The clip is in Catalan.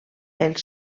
els